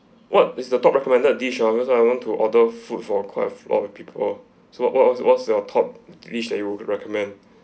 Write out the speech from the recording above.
what is the top recommended dish ah because I want to order food for a quite a lot of people so what what what what's your top dish that you would recommend